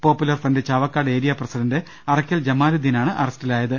പോപ്പു ലർഫ്രണ്ട് Chavakkad area president Arakkal ജമാലുദീനാണ് അറസ്റ്റിലായത്